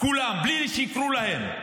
כולם, בלי שיקראו להם.